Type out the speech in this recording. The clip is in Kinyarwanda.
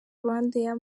rwandair